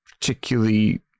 particularly